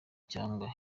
cyangwa